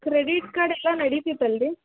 credit card ಎಲ್ಲ ನಡೀತಿತ್ತು ಅಲ್ರಿ